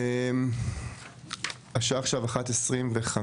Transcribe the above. השעה עכשיו 13:25,